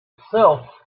itself